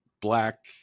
black